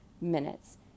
minutes